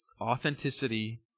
authenticity